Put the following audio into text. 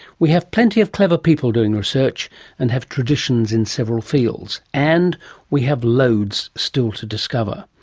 we have plenty of clever people doing research and have traditions in several fields, and we have loads still to discover.